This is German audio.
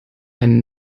einen